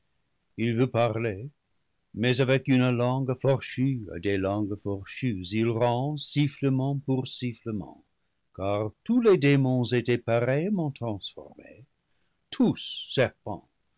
il veut parler mais avec une langue fourchue à des langues fourchues il rend sifflement pour sifflement car tous les démons étaient pareillement transformés tous